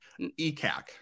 ECAC